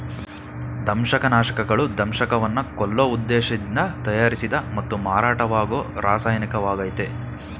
ದಂಶಕನಾಶಕಗಳು ದಂಶಕವನ್ನ ಕೊಲ್ಲೋ ಉದ್ದೇಶ್ದಿಂದ ತಯಾರಿಸಿದ ಮತ್ತು ಮಾರಾಟವಾಗೋ ರಾಸಾಯನಿಕವಾಗಯ್ತೆ